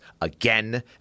again